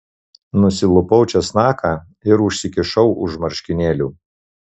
nusilupau česnaką ir užsikišau už marškinėlių